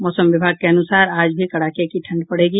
मौसम विभाग के अनुसार आज भी कड़ाके की ठंड पड़ेगी